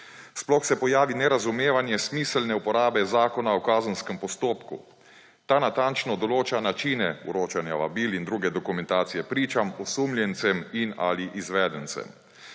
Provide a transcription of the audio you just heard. Sploh se pojavi nerazumevanje smiselne uporabe Zakona o kazenskem postopku. Ta natančno določa načine vročanja vabil in druge dokumentacije pričam, osumljencem in/ali izvedencem,